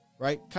Right